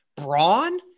Braun